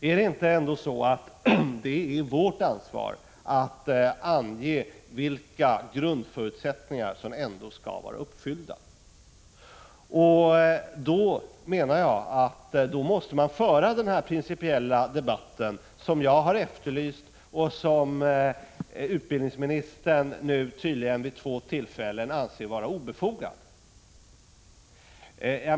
Är det ändå inte så att det är vårt ansvar att ange vilka grundförutsättningar som skall vara uppfyllda? Jag menar att man måste föra denna principiella debatt som jag efterlyst och som utbildningsministern vid två tillfällen tydligen ansett vara obefogad.